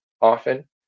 often